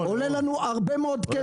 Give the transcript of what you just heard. זה עולה לנו הרבה מאוד כסף,